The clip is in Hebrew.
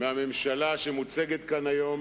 מהממשלה שמוצגת כאן היום,